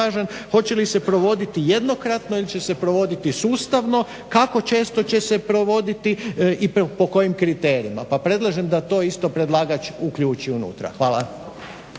hoće li se provoditi jednokratno ili će se provoditi sustavno, kako često će se provoditi i po kojim kriterijima. Pa predlažem da to isto predlagač uključi unutra. Hvala.